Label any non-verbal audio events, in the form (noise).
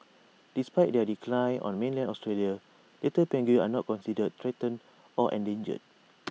despite their decline on mainland Australia little penguins are not considered threatened or endangered (noise)